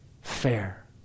fair